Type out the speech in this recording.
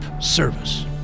service